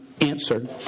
answered